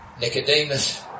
Nicodemus